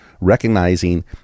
recognizing